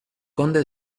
conde